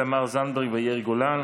תמר זנדברג ויאיר גולן,